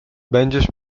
będziesz